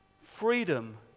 freedom